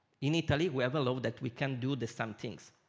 in itly we have a law that we can do the same things.